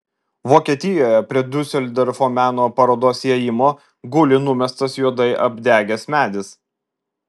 vokietijoje prie diuseldorfo meno parodos įėjimo guli numestas juodai apdegęs medis